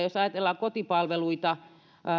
jos ajatellaan kotipalveluita